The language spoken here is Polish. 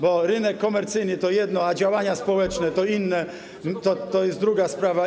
Bo rynek komercyjny to jedno, a działania społeczne to jest druga sprawa.